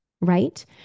right